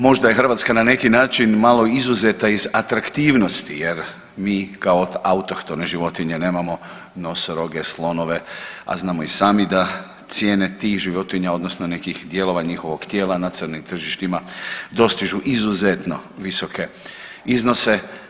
Možda je Hrvatska na neki način malo izuzeta iz atraktivnosti jer mi kao autohtone životinje nemamo nosoroge, slonove, a znamo i sami da cijene tih životinja odnosno nekih dijelova njihovog tijela na nacionalnim tržištima dostižu izuzetno visoke iznose.